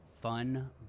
fun